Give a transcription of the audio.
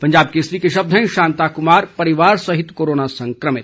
पंजाब केसरी के शब्द हैं शांता कुमार परिवार सहित कोरोना संकमित